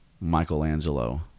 michelangelo